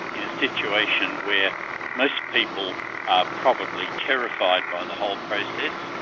in a situation where most people are probably terrified by the whole process,